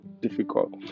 difficult